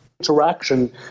Interaction